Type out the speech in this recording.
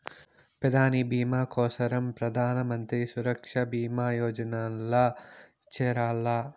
పెదాని బీమా కోసరం ప్రధానమంత్రి సురక్ష బీమా యోజనల్ల చేరాల్ల